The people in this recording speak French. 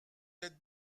être